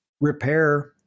repair